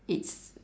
it's